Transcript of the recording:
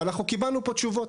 אבל, אנחנו קיבלנו פה תשובות.